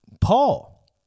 Paul